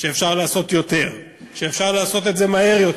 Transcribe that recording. שאפשר לעשות יותר, שאפשר לעשות את זה מהר יותר.